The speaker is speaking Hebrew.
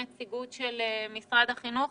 נציגות של משרד החינוך,